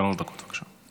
שלוש דקות, בבקשה.